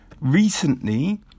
recently